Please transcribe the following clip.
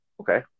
okay